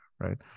right